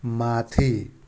माथि